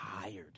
tired